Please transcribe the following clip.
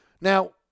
Now